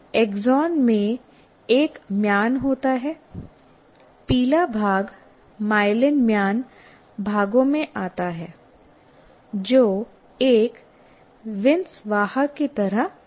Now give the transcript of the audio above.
axon में एक म्यान होता है पीला भाग माइलिन म्यान भागों में आता है जो एक विसंवाहक की तरह अधिक होता है